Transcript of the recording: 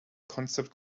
concept